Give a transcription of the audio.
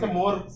more